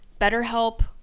BetterHelp